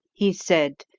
he said,